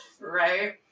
Right